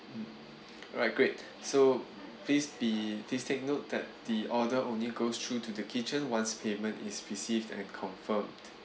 mm alright great so please be please take note that the order only goes through to the kitchen once payment is received and confirmed